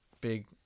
big